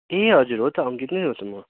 ए हजुर हो त अङ्कित नै हो त म